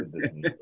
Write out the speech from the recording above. Disney